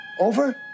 Over